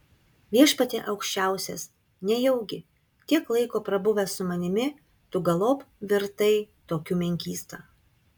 viešpatie aukščiausias nejaugi tiek laiko prabuvęs su manimi tu galop virtai tokiu menkysta